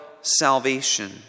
salvation